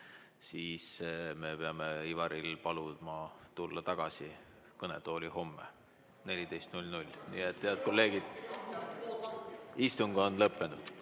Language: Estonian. siis me peame Ivaril paluma tulla tagasi kõnetooli homme kell 14. Nii et, head kolleegid, istung on lõppenud.